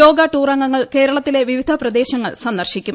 yoga tour അംഗങ്ങൾ കേരളത്തിലെ വിവിധ പ്രദേശങ്ങൾ സന്ദർശിക്കും